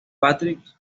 patrick